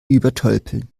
übertölpeln